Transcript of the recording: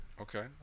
Okay